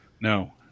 No